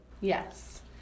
yes